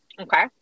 Okay